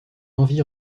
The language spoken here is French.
envie